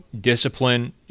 discipline